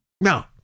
no